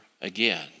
again